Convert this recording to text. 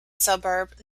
suburb